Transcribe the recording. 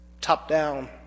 top-down